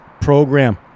program